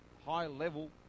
high-level